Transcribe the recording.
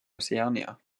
oceania